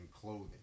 clothing